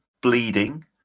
bleeding